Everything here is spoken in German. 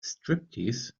striptease